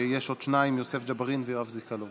יש עוד שניים, יוסף ג'בארין ויואב סגלוביץ'.